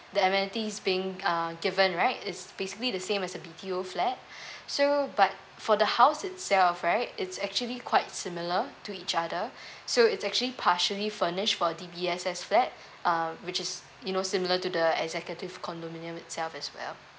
the amenities is being uh given right is basically the same as B_T_O flat so but for the house itself right its actually quite similar to each other so it's actually partially furnish for D_B_S_S flat uh which is you know similar to the executive condominium itself as well